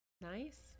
nice